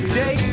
day